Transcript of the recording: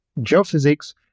geophysics